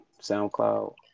SoundCloud